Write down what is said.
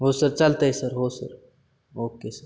हो सर चालत आहे सर हो सर ओके सर